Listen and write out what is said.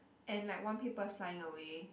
and like one paper's flying away